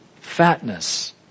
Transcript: Fatness